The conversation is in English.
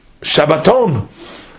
Shabbaton